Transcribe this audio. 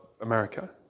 America